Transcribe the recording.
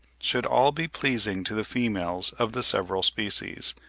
should all be pleasing to the females of the several species.